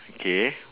okay